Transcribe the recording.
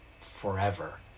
forever